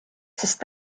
sest